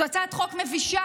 זו הצעת חוק מבישה,